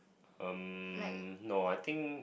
um no I think